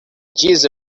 giza